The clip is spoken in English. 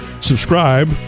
Subscribe